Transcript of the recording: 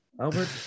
Albert